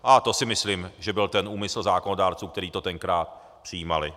A to si myslím, že byl ten úmysl zákonodárců, kteří to tenkrát přijímali.